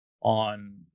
on